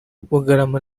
bugarama